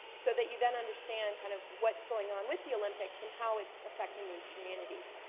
so that you then understand kind of what's going on with the olympics and how it's affecting these communities.